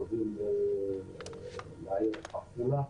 קרובים לעיר עפולה.